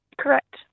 Correct